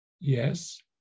yes